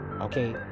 okay